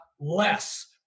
less